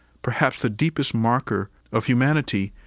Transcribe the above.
perhaps, the deepest marker of humanity,